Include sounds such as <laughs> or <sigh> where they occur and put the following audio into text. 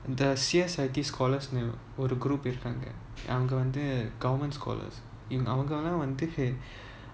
the C_S_I_T scholars ஒரு group இருக்காங்கஅவங்கவந்து:irukanga avanga vanthu governments scholars அவங்கவந்து:avanga vanthu uh year one <laughs>